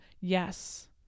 yes